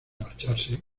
marcharse